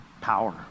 Power